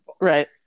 Right